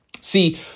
See